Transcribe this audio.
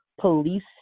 police